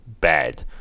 bad